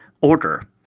order